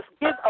give